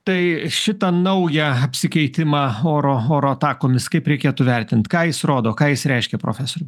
tai šitą naują apsikeitimą oro oro atakomis kaip reikėtų vertint ką jis rodo ką jis reiškia profesoriau